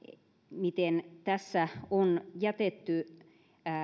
miten tässä on jätetty